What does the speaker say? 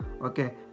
okay